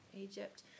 Egypt